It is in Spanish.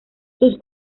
sus